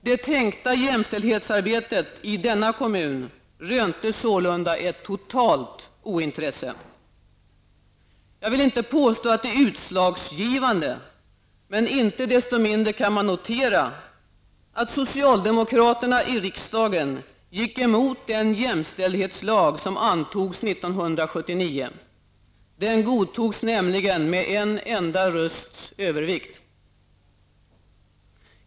Det tänkta jämställdhetsarbetet i denna kommun rönte sålunda ett totalt ointresse. Jag vill inte påstå att det är utslagsgivande, men inte desto mindre kan man notera att socialdemokraterna i riksdagen gick emot den jämställdhetslag som antogs 1979. Den godtogs nämligen med en enda rösts övervikt.